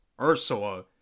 Ursula